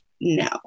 No